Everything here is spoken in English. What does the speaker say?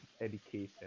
education